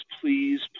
please